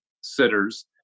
sitters